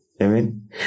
Amen